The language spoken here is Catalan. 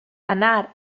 anar